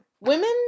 Women